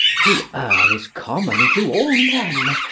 to err is common to all men,